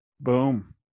boom